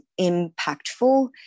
impactful